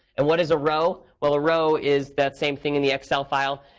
and what is a row? well, a row is that same thing in the excel file.